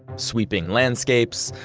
sweeping landscapes,